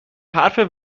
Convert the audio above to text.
حرف